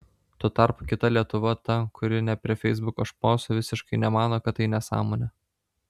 tuo tarpu kita lietuva ta kuri ne prie feisbuko šposų visiškai nemano kad tai nesąmonė